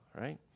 right